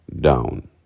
down